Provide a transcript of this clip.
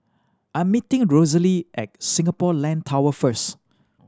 I'm meeting Rosalie at Singapore Land Tower first